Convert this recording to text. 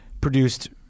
produced